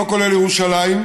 לא כולל ירושלים.